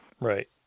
Right